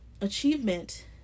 achievement